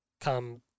come